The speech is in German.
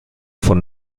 von